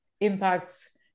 impacts